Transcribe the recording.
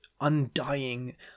undying